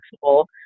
flexible